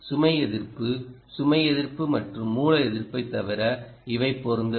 சுமை எதிர்ப்பு சுமை எதிர்ப்பு மற்றும் மூல எதிர்ப்பைத் தவிர இவை பொருந்தவில்லை